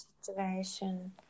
situation